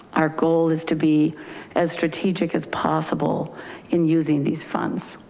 our goal is to be as strategic as possible in using these funds.